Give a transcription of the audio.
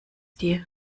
dir